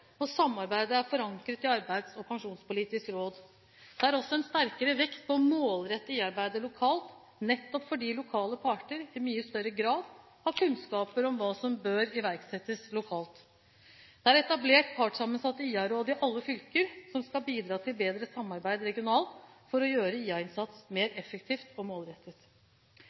og samarbeidet er forankret i Arbeidslivs- og pensjonspolitisk råd. Det er også en sterkere vekt på å målrette IA-arbeidet lokalt, nettopp fordi lokale parter i mye større grad har kunnskaper om hva som bør iverksettes lokalt. Det er etablert partssammensatte IA-råd i alle fylker, som skal bidra til bedre samarbeid regionalt for å gjøre IA-innsatsen mer effektiv og målrettet.